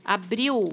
abriu